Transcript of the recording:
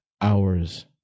hours